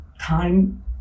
time